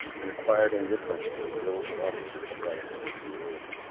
an acquired indifference to the ills of others is the price at which we live.